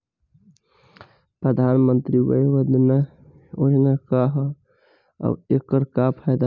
प्रधानमंत्री वय वन्दना योजना का ह आउर एकर का फायदा बा?